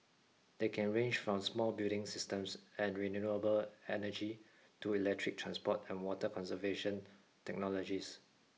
they can range from smart building systems and renewable energy to electric transport and water conservation technologies